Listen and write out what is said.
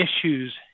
issues